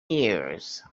years